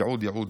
ייעוד.